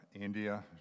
India